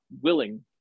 willing